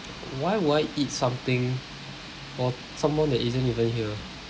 why would I eat something for someone that isn't even here